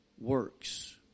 works